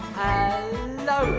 hello